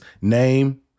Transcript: Name